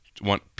want